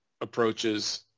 approaches